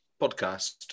podcast